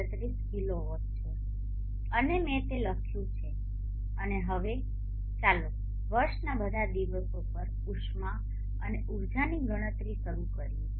૩૭ kilowatt છે અને મેં તે લખ્યું છે અને હવે ચાલો વર્ષના બધા દિવસો પર ઉષ્મા અને ઉર્જાની ગણતરી શરૂ કરીએ